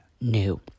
new